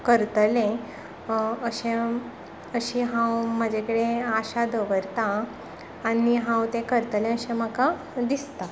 करतलें अशें हांव अशी हांव म्हजे कडेन आशा दवरता हांव तें करतलें अशें म्हाका दिसतां